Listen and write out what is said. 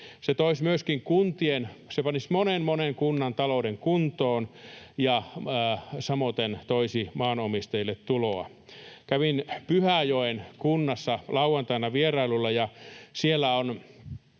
panisi monen, monen kunnan talouden kuntoon ja samoiten toisi maanomistajille tuloa. Kävin Pyhäjoen kunnassa lauantaina vierailulla, ja paitsi,